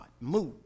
move